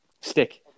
stick